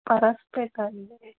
పరస్పేక అండి